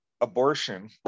abortion